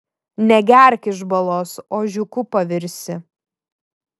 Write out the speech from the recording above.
negerk iš balos ožiuku pavirsi